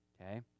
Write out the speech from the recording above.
okay